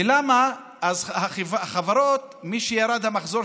חברה שירד לה המחזור